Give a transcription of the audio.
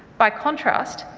by contrast,